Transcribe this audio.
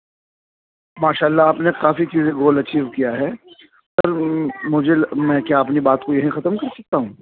ماشاء اللہ آپ نے کافی چیزیں گول اچیو کیا ہے سر مجھے میں کیا اپنی بات کو یہیں ختم کر سکتا ہوں